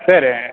சரி